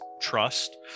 trust